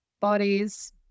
bodies